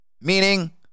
meaning